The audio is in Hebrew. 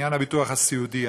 בעניין הביטוח הסיעודי.